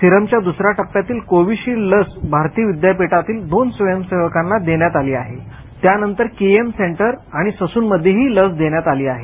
सिरमच्या दुस या टप्प्यातील कोविशिल्ड लस भारती विद्यापीठातील दोन स्वंयसेवकांना देण्यात आली आहे त्यानंतर केईएम सेंटर येथे लस देण्यात आली आहे